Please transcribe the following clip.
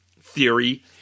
theory